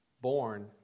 born